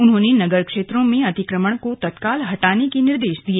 उन्होंने नगर क्षेत्रों में अतिक्रमण को तत्काल हटाने के निर्देश दिए